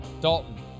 Dalton